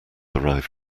arrive